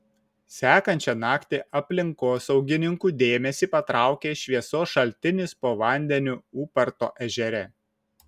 sekančią naktį aplinkosaugininkų dėmesį patraukė šviesos šaltinis po vandeniu ūparto ežere